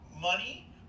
money